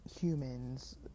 humans